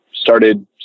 started